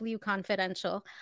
Confidential